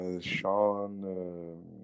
Sean